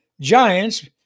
giants